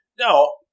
No